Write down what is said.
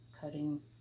cutting